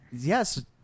Yes